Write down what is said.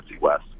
West